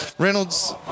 Reynolds